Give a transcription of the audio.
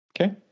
Okay